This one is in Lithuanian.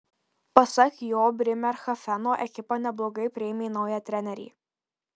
pasak jo brėmerhafeno ekipa neblogai priėmė naują trenerį